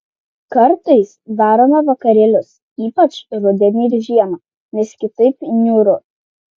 kartais darome vakarėlius ypač rudenį ir žiemą nes kitaip niūru